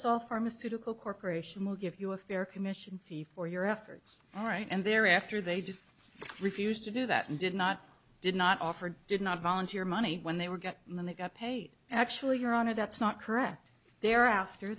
saw pharmaceutical corporation will give you a fair commission fee for your efforts all right and they're after they just refused to do that and did not did not offer did not volunteer money when they were got money got paid actually your honor that's not correct thereafter